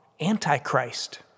antichrist